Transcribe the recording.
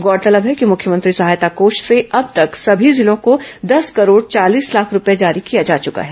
गौरतलब है कि मुख्यमंत्री सहायता कोष से अब तक सभी जिलों को दस करोड़ चालीस लाख रूपये जारी किया जा चुका है